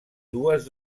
dues